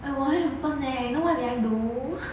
eh 我还很笨 eh you know what did I do